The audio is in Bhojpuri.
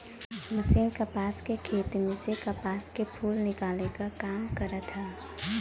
मशीन कपास के खेत में से कपास के फूल निकाले क काम करत हौ